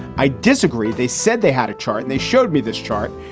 i disagree. they said they had a chart and they showed me this chart,